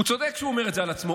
הוא צודק שהוא אומר את זה על עצמו.